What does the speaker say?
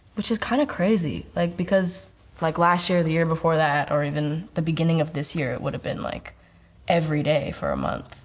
which is kinda crazy, like because like last year, the year before that, or even the beginning of this year it would have been like every day for a month.